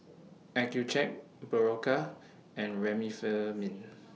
Accucheck Berocca and Remifemin